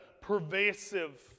pervasive